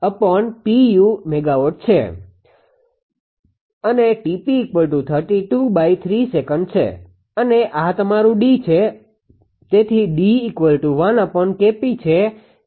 અને 𝑇𝑝 છે અને આ તમારું D છે